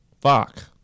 Fuck